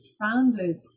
founded